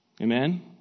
Amen